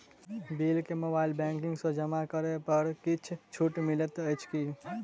Bill केँ mobile banking सँ जमा करै पर किछ छुटो मिलैत अछि की?